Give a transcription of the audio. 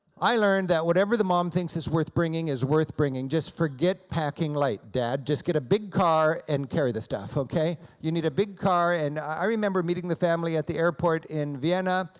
i learned that whatever the mom thinks is worth bringing is worth bringing, just forget packing light dad, just get a big car and carry the stuff, okay, you need a big car. and i remember meeting the family at the airport in vienna,